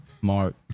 Mark